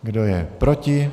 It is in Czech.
Kdo je proti?